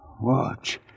Watch